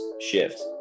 shift